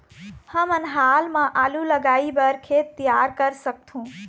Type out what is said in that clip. हमन हाल मा आलू लगाइ बर खेत तियार कर सकथों?